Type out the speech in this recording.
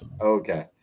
Okay